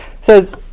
says